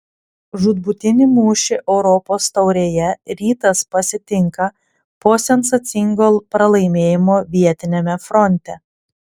žūtbūtinį mūšį europos taurėje rytas pasitinka po sensacingo pralaimėjimo vietiniame fronte